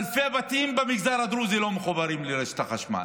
אלפי בתים במגזר הדרוזי לא מחוברים לרשת החשמל.